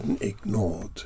ignored